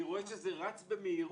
אני רואה שזה רץ במהירות.